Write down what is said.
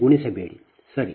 ಗುಣಿಸಬೇಡಿ ಸರಿ